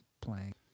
playing